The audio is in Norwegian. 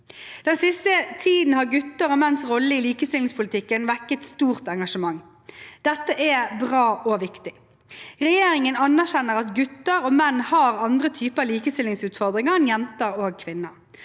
Den siste tiden har gutters og menns roller i likestillingspolitikken vekket stort engasjement. Dette er bra og viktig. Regjeringen anerkjenner at gutter og menn har andre typer likestillingsutfordringer enn jenter og kvinner.